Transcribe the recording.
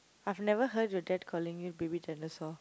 I've never heard your dad calling you baby dinosaur